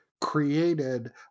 created